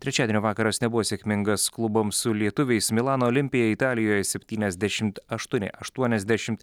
trečiadienio vakaras nebuvo sėkmingas klubams su lietuviais milano olimpija italijoje septyniasdešimt aštuoni aštuoniasdešimt